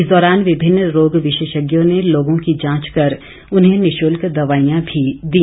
इस दौरान विभिन्न रोग विशेषज्ञों ने लोगों की जांच कर उन्हें निशुल्क दवाईयां भी दी